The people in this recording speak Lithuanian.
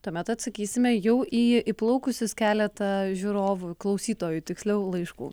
tuomet atsakysime jau į įplaukusius keletą žiūrovų klausytojų tiksliau laiškų